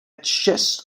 chest